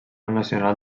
nacional